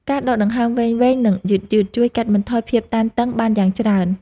ការដកដង្ហើមវែងៗ និងយឺតៗ ជួយកាត់បន្ថយភាពតានតឹងបានយ៉ាងច្រើន។